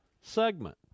segment